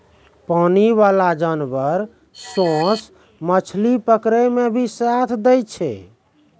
पानी बाला जानवर सोस मछली पकड़ै मे भी साथ दै छै